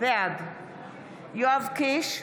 בעד יואב קיש,